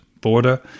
border